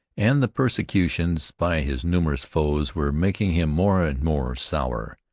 and the persecutions by his numerous foes were making him more and more sour.